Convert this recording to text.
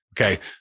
okay